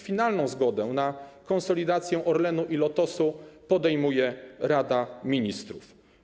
Finalną zgodę na konsolidację Orlenu i Lotosu podejmuje Rada Ministrów.